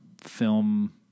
film